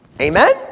Amen